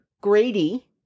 Grady